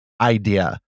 idea